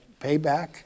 payback